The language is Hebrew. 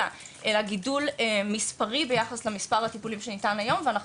אלא גידול מספרי ביחס למספר הטיפולים שניתן היום ואנחנו